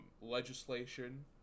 legislation